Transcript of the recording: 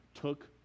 took